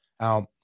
now